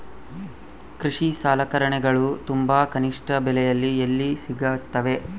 ಕೃಷಿ ಸಲಕರಣಿಗಳು ತುಂಬಾ ಕನಿಷ್ಠ ಬೆಲೆಯಲ್ಲಿ ಎಲ್ಲಿ ಸಿಗುತ್ತವೆ?